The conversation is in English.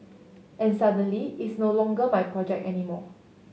and suddenly it's no longer my project anymore